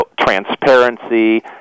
transparency